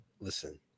Listen